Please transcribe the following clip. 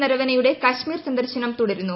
നരവനെയുടെ കശ്മീർ സന്ദർശനം തുടരുന്നു